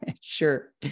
Sure